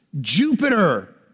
Jupiter